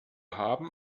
haben